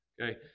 Okay